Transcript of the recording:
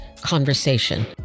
conversation